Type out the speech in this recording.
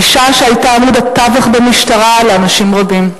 אשה שהיתה עמוד התווך במשטרה לאנשים רבים.